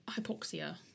Hypoxia